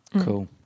Cool